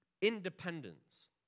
independence